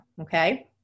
Okay